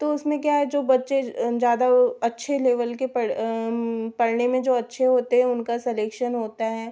तो उसमें क्या है जो बच्चे ज़्यादा अच्छे लेवल के पढ़ पढ़ने में जो अच्छे होते हैं उनका सलेक्शन होता है